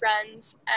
friends